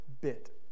bit